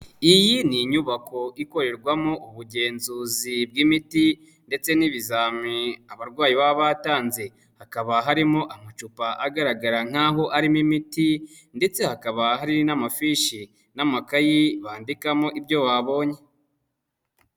Iyi ni inyubako ikorerwamo ubugenzuzi bw'imiti ndetse n'ibizami abarwayi baba batanze, hakaba harimo amacupa agaragara nk'aho arimo imiti ndetse hakaba hari n'amafishi n'amakayi bandikamo ibyo babonye.